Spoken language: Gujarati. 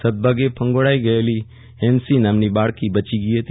સદભાગ્યે ફંગોળાઈ ગયેલી હેન્સી નામની બાળકી બચી ગઈ હતી